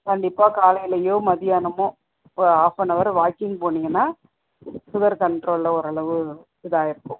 கண்டிப்பாக காலையிலேயோ மதியானமோ ஒரு ஆஃப் அன் அவர் வாக்கிங் போனிங்கனா சுகர் கண்ட்ரோலில் ஓரளவு இதாயிருக்கும்